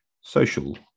social